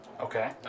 Okay